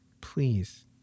Please